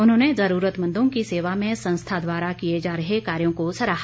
उन्होंने ज़रूरतमंदों की सेवा में संस्था द्वारा किए जा रहे कार्यो को सराहा